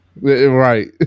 Right